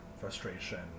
frustration